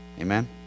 Amen